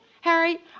Harry